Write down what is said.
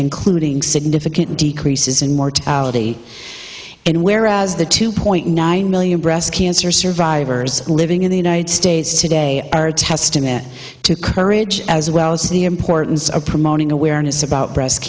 including significant decreases in mortality and whereas the two point nine million breast cancer survivors living in the united states today are testament to courage as well as the importance of promoting awareness about breast